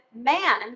man